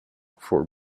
for